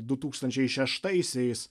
du tūkstančiai šeštaisiais